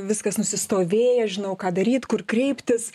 viskas nusistovėję žinau ką daryt kur kreiptis